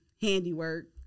handiwork